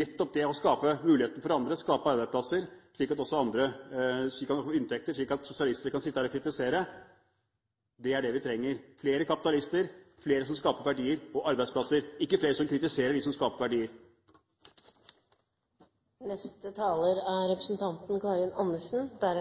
Nettopp noen til å skape muligheter for andre, skape arbeidsplasser, slik at også andre kan få inntekter – slik at sosialistene kan sitte her og kritisere – det er det vi trenger. Det vi trenger, er flere kapitalister, flere som skaper verdier og arbeidsplasser, ikke flere som kritiserer dem som skaper verdier.